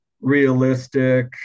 realistic